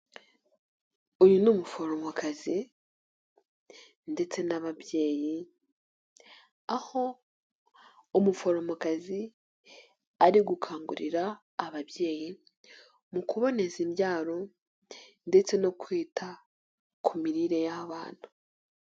Uyu ni umuforomokazi ndetse n'ababyeyi aho umuforomokazi ari gukangurira ababyeyi mu kuboneza imbyaro ndetse no kwita ku mirire y'abana.